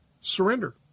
Surrender